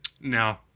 no